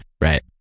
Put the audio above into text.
Right